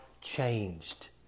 changed